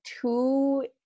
two